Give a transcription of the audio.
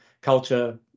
Culture